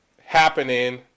Happening